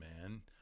man